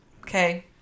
Okay